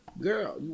Girl